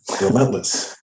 relentless